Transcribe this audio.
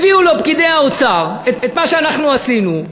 הביאו לו פקידי האוצר את מה שאנחנו עשינו,